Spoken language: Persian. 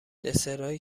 دسرایی